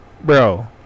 bro